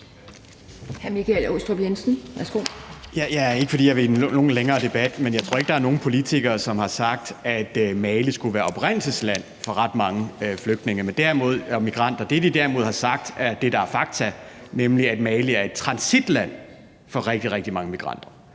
jeg tror ikke, at der er nogen politikere, der har sagt, at Mali skulle være oprindelsesland for ret mange flygtninge og migranter. Det, de derimod har sagt, og det, der er fakta, er, at Mali er et transitland for rigtig, rigtig mange migranter.